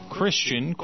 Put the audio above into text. Christian